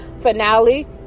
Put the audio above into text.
finale